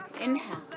inhale